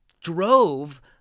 drove